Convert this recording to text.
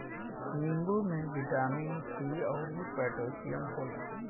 नींबू में vitamin C अउरी पोटैशियम होला